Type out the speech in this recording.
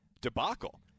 debacle